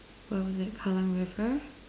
or was it Kallang river